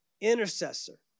intercessor